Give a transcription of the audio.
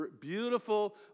beautiful